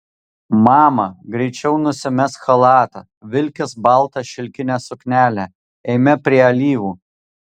mama greičiau nusimesk chalatą vilkis baltą šilkinę suknelę eime prie alyvų